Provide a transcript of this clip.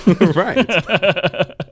Right